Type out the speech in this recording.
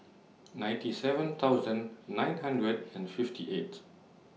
ninety seven thousand nine hundred and fifty eight